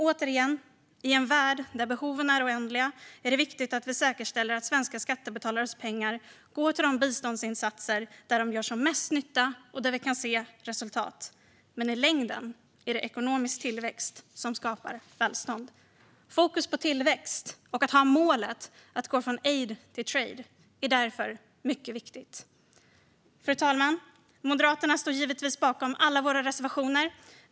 Återigen, i en värld där behoven är oändliga är det viktigt att vi säkerställer att svenska skattebetalares pengar går till de biståndsinsatser där de gör mest nytta och där vi kan se resultat. Men i längden är det ekonomisk tillväxt som skapar välstånd. Fokus på tillväxt och målet att gå från aid till trade är därför mycket viktigt. Fru talman! Vi i Moderaterna står givetvis bakom alla våra reservationer.